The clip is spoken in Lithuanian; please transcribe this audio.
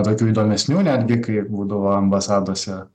tokių įdomesnių netgi kai būdavo ambasadose